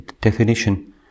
definition